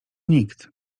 nikt